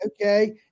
okay